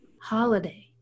holiday